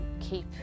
keep